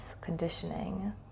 conditioning